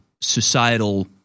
societal